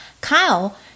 Kyle